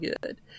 good